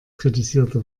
kritisierte